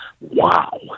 wow